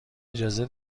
اجازه